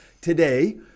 today